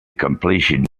competition